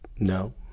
No